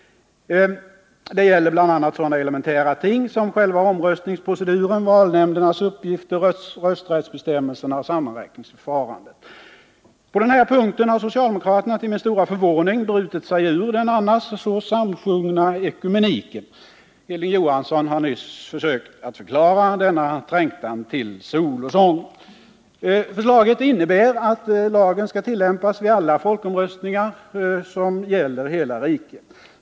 Det gäller bl.a. sådana elementära ting som själva omröstningsproceduren, valnämndernas uppgifter, rösträttsbestämmelserna och sammanräkningsförfarandet. På den här punkten har socialdemokraterna till min stora förvåning brutit sig ur den annars så samsjungna ekumeniken. Hilding Johansson har nyss försökt förklara denna trängtan till solosång. Förslaget innebär att lagen skall tillämpas vid alla folkomröstningar som gäller hela riket.